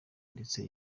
ndetse